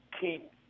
keep